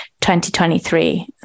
2023